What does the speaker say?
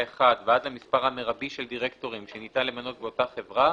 (1) ועד למספר המרבי של דירקטורים שניתן למנות באותה חברה